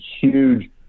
huge